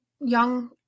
young